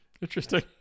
interesting